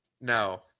no